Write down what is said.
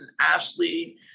Ashley